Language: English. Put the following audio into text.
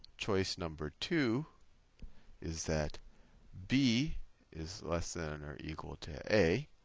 choice number two is that b is less than or equal to a.